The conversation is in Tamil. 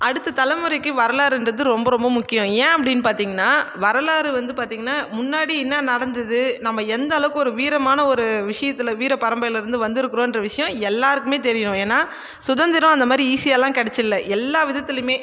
அடுத்த தலைமுறைக்கு வரலாறு என்றது ரொம்ப ரொம்ப முக்கியம் ஏன் அப்படின்னு பார்த்தீங்கன்னா வரலாறு வந்து பார்த்தீங்கன்னா முன்னாடி என்ன நடந்தது நம்ம எந்த அளவுக்கு ஒரு வீரமான ஒரு விஷயத்தில் வீரப் பரம்பரையிலிருந்து வந்திருக்கிறோம் என்ற விஷயம் எல்லோருக்குமே தெரியும் ஏன்னால் சுதந்திரம் அந்த மாதிரி ஈஸியாக எல்லாம் கிடைச்சுல்ல எல்லாவிதத்திலுமே